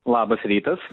labas rytas